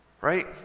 right